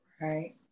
Right